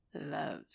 loves